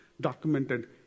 documented